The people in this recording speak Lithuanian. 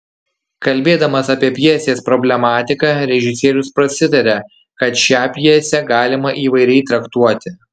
kalbėdamas apie pjesės problematiką režisierius prasitaria kad šią pjesę galima įvairiai traktuoti